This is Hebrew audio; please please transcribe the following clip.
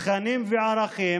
תכנים וערכים